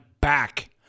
back